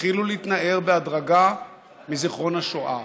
יתחילו להתנער בהדרגה מזיכרון השואה.